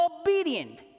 obedient